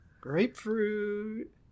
Grapefruit